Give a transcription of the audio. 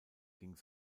ging